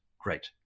Great